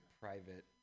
private